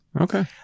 Okay